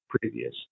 previous